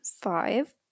five